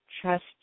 trust